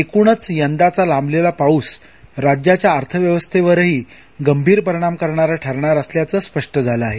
एकूणच यदाचा लांबलेला पाऊस राज्याच्या अर्थव्यवस्थेवरही गंभीर परिणाम करणारा ठरणार असल्याच स्पष्ट झालं आहे